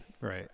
right